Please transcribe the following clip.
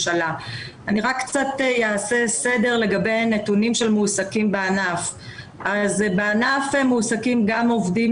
20,200. אם אנחנו מחברים ביחד בענף מועסקים למעלה מ-45,000 עובדים